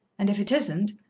and if it isn't,